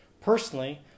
Personally